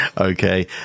Okay